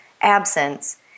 absence